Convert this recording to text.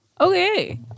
Okay